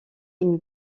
une